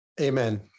Amen